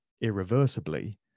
irreversibly